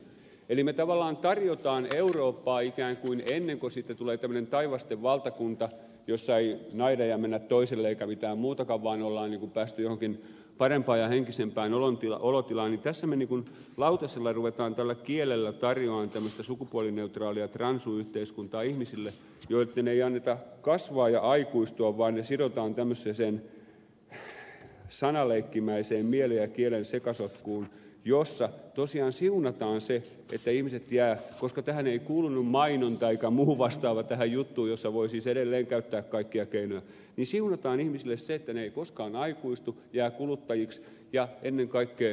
eli me tavallaan tarjoamme eurooppaa ikään kuin ennen kuin sitten tulee tämmöinen taivasten valtakunta jossa ei naida ja mennä toiselle eikä mitään muutakaan vaan on niin kuin päästy johonkin parempaan ja henkisempään olotilaan tässä me kuin lautasella rupeamme tällä kielellä tarjoa maan tämmöistä sukupuolineutraalia transuyhteiskuntaa ihmisille joitten ei anneta kasvaa ja aikuistua vaan ne sidotaan tämmöiseen sanaleikkimäiseen mielen ja kielen sekasotkuun jossa tosiaan siunataan se että ihmiset jäävät koska tähän ei kuulunut mainonta eikä muu vastaava tähän juttuun jossa voi siis edelleen käyttää kaikkia keinoja siunataan ihmisille se että ne eivät koskaan aikuistu jäävät kuluttajiksi ja ennen kaikkea menettävät